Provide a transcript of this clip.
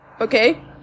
Okay